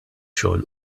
xogħol